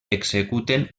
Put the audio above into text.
executen